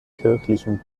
kirchlichen